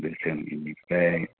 गोसोम बिनिफ्राय